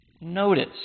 notice